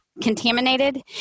contaminated